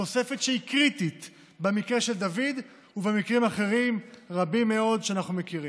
תוספת שהיא קריטית במקרה של דוד ובמקרים אחרים רבים מאוד שאנחנו מכירים.